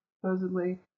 supposedly